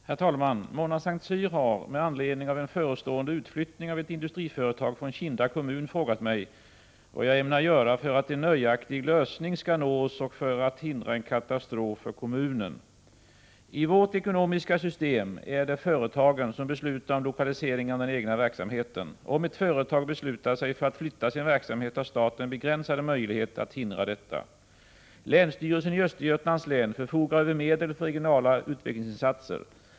Herr talman! Mona Saint Cyr har med anledning av en förestående utflyttning av ett industriföretag från Kinda kommun frågat mig vad jag ämnar göra för att en nöjaktig lösning skall nås och för att hindra en katastrof för kommunen. I vårt ekonomiska system är det företagen som beslutar om lokaliseringen av den egna verksamheten. Om ett företag beslutar sig för att flytta sin verksamhet har staten begränsade möjligheter att hindra detta. Länssstyrelsen i Östergötlands län förfogar över medel för regionala utvecklingsinsatser.